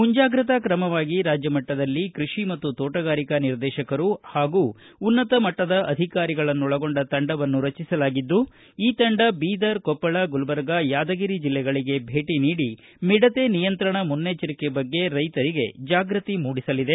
ಮುಂಜಾಗ್ರತಾ ಕ್ರಮವಾಗಿ ರಾಜ್ಯಮಟ್ಟದಲ್ಲಿ ಕೃಷಿ ಮತ್ತು ತೋಟಗಾರಿಕಾ ನಿರ್ದೇಶಕರು ಹಾಗೂ ಉನ್ನತಮಟ್ಟದ ಅಧಿಕಾರಿಗಳನ್ನೊಳಗೊಂಡ ತಂಡವನ್ನು ರಚಿಸಲಾಗಿದ್ದು ಈ ತಂಡ ಬೀದರ್ ಕೊಪ್ಪಳ ಗುಲ್ಬರ್ಗಾ ಯಾದಗಿರಿ ಜಿಲ್ಲೆಗಳಿಗೆ ಭೇಟಿ ನೀಡಿ ಮಿಡತೆ ನಿಯಂತ್ರಣ ಮುನ್ನೆಚ್ಚರಿಕೆ ಬಗ್ಗೆ ರೈತರಿಗೆ ಜಾಗೃತಿ ಮೂಡಿಸಲಿದೆ